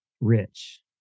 rich